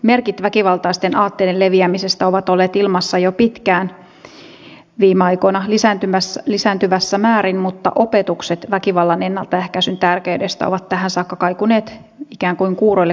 merkit väkivaltaisten aatteiden leviämisestä ovat olleet ilmassa jo pitkään viime aikoina lisääntyvässä määrin mutta opetukset väkivallan ennaltaehkäisyn tärkeydestä ovat tähän saakka kaikuneet ikään kuin kuuroille korville